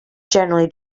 generally